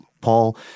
Paul